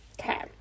Okay